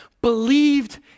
Believed